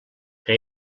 que